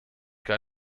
gar